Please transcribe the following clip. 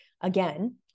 again